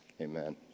amen